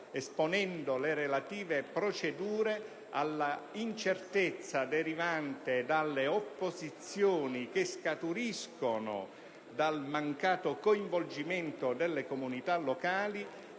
esponendo le relative procedure alla incertezza derivante dalle opposizioni che scaturiscono dal mancato coinvolgimento delle comunità locali